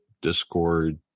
Discord